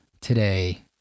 today